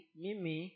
mimi